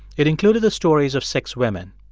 it included the stories of six women.